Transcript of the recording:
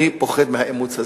אני פוחד מהאימוץ הזה.